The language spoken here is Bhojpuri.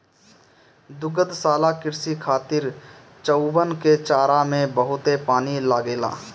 दुग्धशाला कृषि खातिर चउवन के चारा में बहुते पानी लागेला